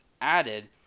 added